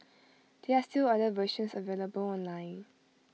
there are still other versions available online